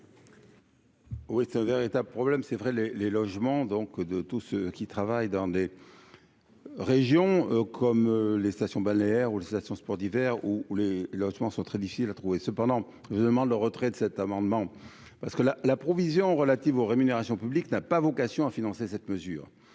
Oui, c'est un véritable problème, c'est vrai, les les logements donc de tous ceux qui travaillent dans des régions comme les stations balnéaires ou législation sports d'hiver où les logements sont très difficiles à trouver, cependant je demande le retrait de cet amendement parce que la la provision relative aux rémunérations publiques n'a pas vocation à financer cette mesure,